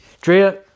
Drea